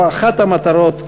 או אחת המטרות,